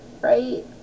Right